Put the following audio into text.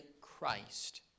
Christ